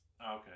Okay